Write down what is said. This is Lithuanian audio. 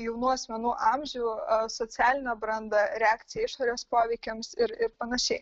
jaunų asmenų amžių socialinę brandą reakciją išorės poveikiams ir ir panašiai